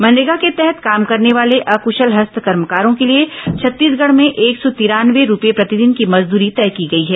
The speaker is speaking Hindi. मनरेगा के तहत काम करने वाले अकशल हस्त कर्मकारों के लिए छत्तीसगढ में एक सौ तिरानवे रूपये प्रतिदिन की मजदूरी तय की गई है